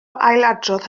ailadrodd